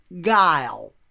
guile